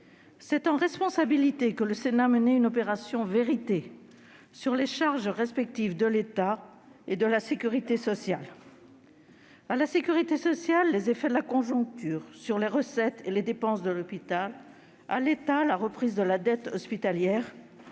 C'est en responsabilité que le Sénat a mené une « opération vérité » sur les charges respectives de l'État et de la sécurité sociale. À la sécurité sociale, les effets de la conjoncture sur les recettes et les dépenses de l'hôpital ; à l'État, la reprise de la dette hospitalière,